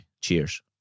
Cheers